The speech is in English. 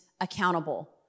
accountable